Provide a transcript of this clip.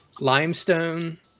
Limestone